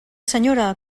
senyora